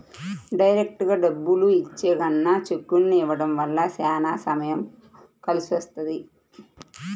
డైరెక్టుగా డబ్బుల్ని ఇచ్చే కన్నా చెక్కుల్ని ఇవ్వడం వల్ల చానా సమయం కలిసొస్తది